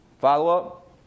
Follow-up